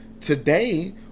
Today